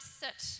sit